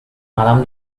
malam